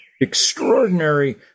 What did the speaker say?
extraordinary